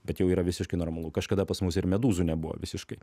bet jau yra visiškai normalu kažkada pas mus ir medūzų nebuvo visiškai